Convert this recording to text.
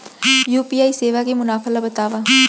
UPI सेवा के मुनाफा ल बतावव?